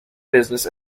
business